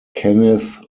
kenneth